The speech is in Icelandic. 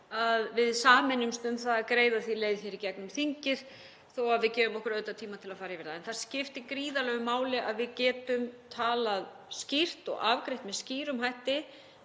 Alþingis sameinumst við um að greiða því leið í gegnum þingið þó að við gefum okkur auðvitað tíma til að fara yfir það. Það skiptir gríðarlegu máli að við getum talað skýrt og afgreitt með skýrum hætti